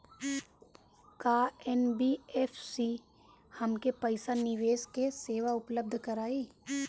का एन.बी.एफ.सी हमके पईसा निवेश के सेवा उपलब्ध कराई?